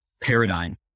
paradigm